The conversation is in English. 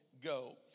go